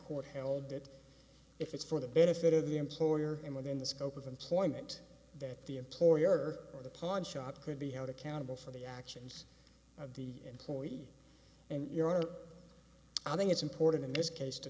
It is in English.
court held that if it's for the benefit of the employer and within the scope of employment that the employer or the plod shop could be held accountable for the actions of the employee and your honor i think it's important in this case to